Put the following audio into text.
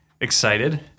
excited